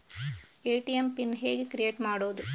ATM PIN ಹೇಗೆ create ಮಾಡುವುದು?